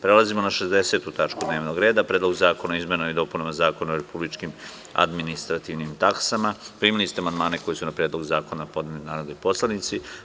Prelazimo na 60. tačku dnevnog reda – PREDLOG ZAKONA O IZMENAMA I DOPUNAMA ZAKONA O REPUBLIČKIM ADMINISTRATIVNIM TAKSAMA Primili ste amandmane koje su na Predlog zakona podneli narodni poslanici.